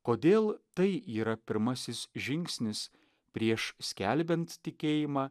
kodėl tai yra pirmasis žingsnis prieš skelbiant tikėjimą